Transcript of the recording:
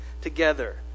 together